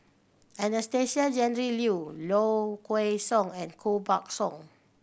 Anastasia Tjendri Liew Low Kway Song and Koh Buck Song